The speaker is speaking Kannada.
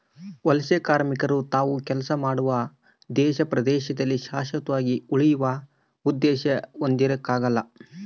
ವಲಸೆಕಾರ್ಮಿಕರು ತಾವು ಕೆಲಸ ಮಾಡುವ ದೇಶ ಪ್ರದೇಶದಲ್ಲಿ ಶಾಶ್ವತವಾಗಿ ಉಳಿಯುವ ಉದ್ದೇಶ ಹೊಂದಿರಕಲ್ಲ